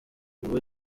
ngo